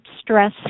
stress